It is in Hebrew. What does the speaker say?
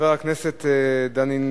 אין מתנגדים ואין נמנעים.